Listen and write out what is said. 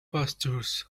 pastures